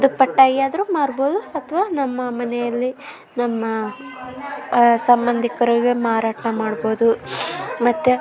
ದುಪ್ಪಟ್ಟಾಗಿ ಆದ್ರೂ ಮಾರ್ಬೋದು ಅಥ್ವಾ ನಮ್ಮ ಮನೆಯಲ್ಲಿ ನಮ್ಮ ಸಂಬಂಧಿಕರಿಗೆ ಮಾರಾಟ ಮಾಡ್ಬೋದು ಮತ್ತು